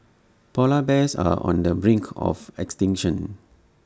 Polar Bears are on the brink of extinction